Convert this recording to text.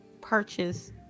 purchase